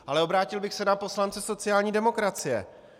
Ale obrátil bych se na poslance sociální demokracie.